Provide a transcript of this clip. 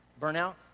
Burnout